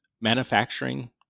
manufacturing